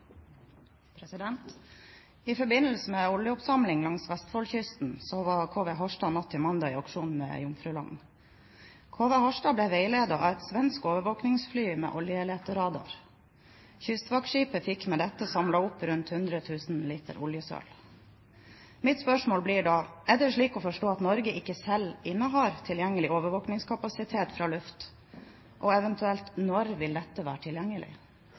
I forbindelse med oljeoppsamlingen langs vestfoldkysten var KV «Harstad» natt til mandag i aksjon ved Jomfruland. KV «Harstad» ble veiledet av et svensk overvåkingsfly med oljeleteradar. Kystvaktskipet fikk samlet opp rundt 100 000 liter oljesøl. Mitt spørsmål blir: Er det slik å forstå at Norge ikke selv innehar tilgjengelig overvåkingskapasitet fra luft, og, eventuelt, når vil dette være tilgjengelig?